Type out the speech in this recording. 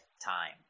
Time